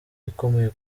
ikomeye